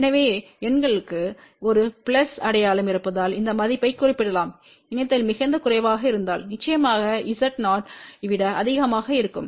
எனவே எண்களுக்கு ஒரு பிளஸ் அடையாளம் இருப்பதால் இந்த மதிப்பைக் குறிப்பிடலாம் இணைத்தல் மிகக் குறைவாக இருந்தால் நிச்சயமாகZ0oஐ விட அதிகமாக இருக்கும்